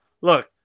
look